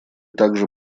также